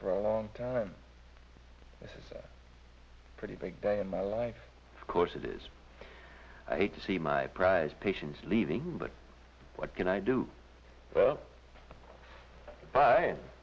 for a long time this is a pretty big day in my life course it is i hate to see my prized patients leaving but what can i do well